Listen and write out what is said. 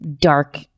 dark